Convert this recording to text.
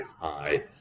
high